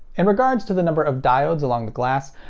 in regards to the number of diodes along the glass,